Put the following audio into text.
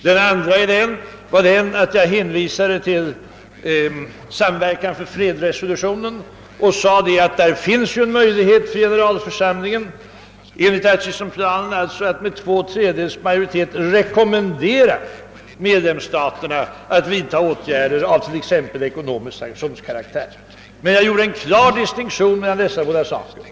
Den andra var att jag hänvisade till att det genom »samverkan för fredsresolutionen» finns en möjlighet att i generalförsamlingen med 2/3 majoritet rekommendera medlemsstaterna att vidta åtgärder av t.ex. ekonomisk sanktionskaraktär. En sådan rekommendation har ingen tvingande karaktär. Jag gjorde en klar distinktion mellan dessa båda alternativ.